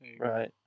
Right